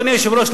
אדוני היושב-ראש,